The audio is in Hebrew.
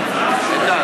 לדמוקרטיה,